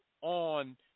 on